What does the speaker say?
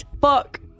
fuck